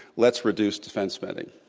let's reduce defense spending.